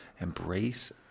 Embrace